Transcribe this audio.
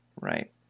right